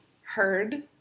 heard